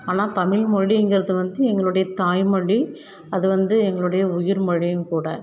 ஆனால் தமிழ்மொழிங்கிறது வந்து எங்களோடைய தாய்மொழி அது வந்து எங்களோடைய உயிர்மொழியும் கூட